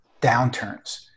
downturns